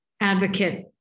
advocate